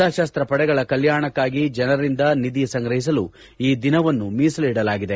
ಸಶಸ್ತ ಪಡೆಗಳ ಕಲ್ಲಾಣಕಾಗಿ ಜನರಿಂದ ನಿಧಿ ಸಂಗ್ರಹಿಸಲು ಈ ದಿನವನ್ನು ಮೀಸಲಿಡಲಾಗಿದೆ